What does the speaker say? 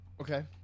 Okay